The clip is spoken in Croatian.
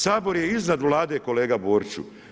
Sabor je iznad Vlade kolega Boriću.